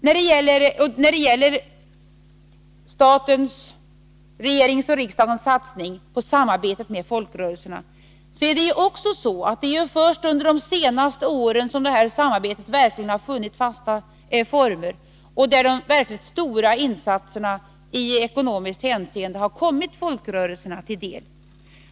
När det gäller statens — regeringen och riksdagen — satsningar på samarbete med folkrörelserna vill jag säga att det är först under senare år som samarbetet funnit fastare former och de verkligt stora insatserna i ekonomiskt hänseende kommit folkrörelserna till del.